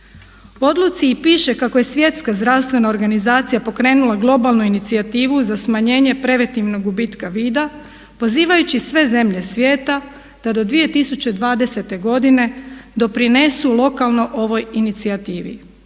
odluci i piše kako je Svjetska zdravstvena organizacija pokrenula globalnu inicijativu za smanjenje preventivnog gubitka vida pozivajući sve zemlje svijeta da do 2020.godine doprinesu lokalno ovoj inicijativi.